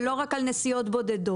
ולא רק על נסיעות בודדות?